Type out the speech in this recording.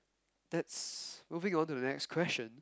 that's moving on to the next question